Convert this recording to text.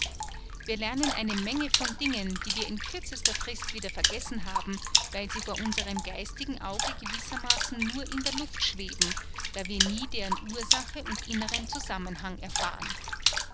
wir lernen eine menge von dingen die wir in kürzerster frist wieder vergessen haben weil sie vor unserem geistigen auge gewissermaßen nur in der luft schweben da wir nie deren ursache und inneren zusammenhang erfahren